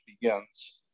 begins